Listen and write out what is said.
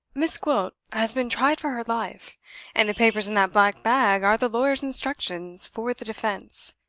miss gwilt has been tried for her life and the papers in that black bag are the lawyer's instructions for the defense.